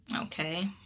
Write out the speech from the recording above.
okay